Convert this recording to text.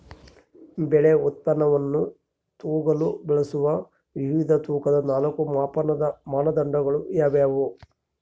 ಬೆಳೆ ಉತ್ಪನ್ನವನ್ನು ತೂಗಲು ಬಳಸುವ ವಿವಿಧ ತೂಕದ ನಾಲ್ಕು ಮಾಪನದ ಮಾನದಂಡಗಳು ಯಾವುವು?